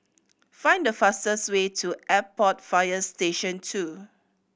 find the fastest way to Airport Fire Station Two